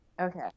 okay